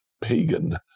pagan